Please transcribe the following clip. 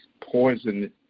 poison